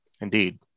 Indeed